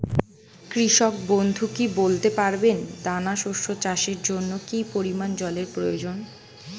কৃষক বন্ধু কি বলতে পারবেন দানা শস্য চাষের জন্য কি পরিমান জলের প্রয়োজন?